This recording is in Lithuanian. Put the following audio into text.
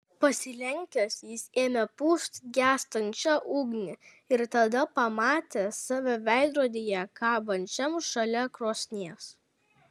pasilenkęs jis ėmė pūst gęstančią ugnį ir tada pamatė save veidrodyje kabančiam šalia krosnies